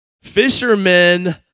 fishermen